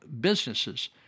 businesses